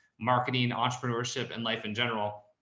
marketing, entrepreneurship, and life in general.